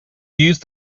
used